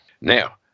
Now